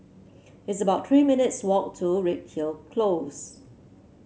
it's about Three minutes walk to Redhill Close